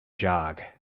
jog